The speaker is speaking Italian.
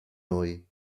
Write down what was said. noi